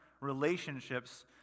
relationships